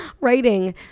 writing